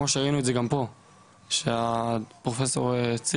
וראינו את זה גם פה שהפרופסור הציג,